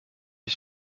ich